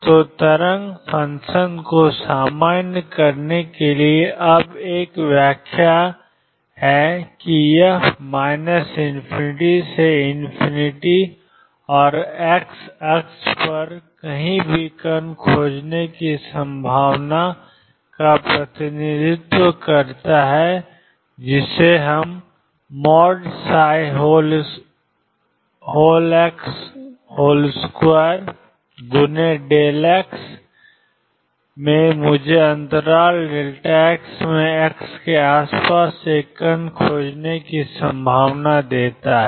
तो तरंग फ़ंक्शन को सामान्य करें अब एक व्याख्या है कि यह ∞ से और x अक्ष पर कहीं भी कण खोजने की संभावना का प्रतिनिधित्व करता है और ψ2x मुझे अंतराल x में x के आसपास एक कण खोजने की संभावना देता है